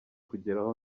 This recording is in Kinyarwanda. kugeraho